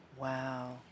Wow